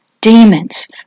Demons